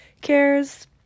cares